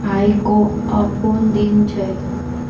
आइ कओन दिन अछि